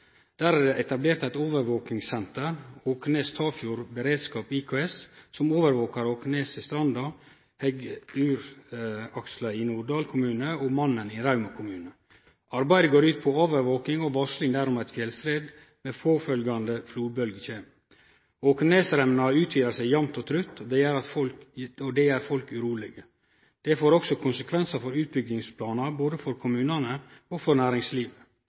Der er det etablert eit overvakingssenter, Åknes/Tafjord Beredskap IKS, som overvaker Åkneset i Stranda, Hegguraksla i Norddal kommune og Mannen i Rauma kommune. Arbeidet går ut på overvaking og varsling dersom eit fjellskred med påfølgjande flodbølgje kjem. Åknesremna utvidar seg jamt og trutt, og det gjer folk urolege. Det får også konsekvensar for utbyggingsplanar, både for kommunane og næringslivet. Det er heilt avgjerande å styrkje kunnskapen og å få på plass gode varslingsrutinar og beredskapsplanar for